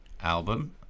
album